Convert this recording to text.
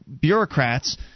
bureaucrats